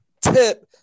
tip